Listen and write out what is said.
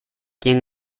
quién